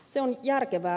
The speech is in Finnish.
se on järkevää